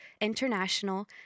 international